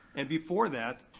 and before that,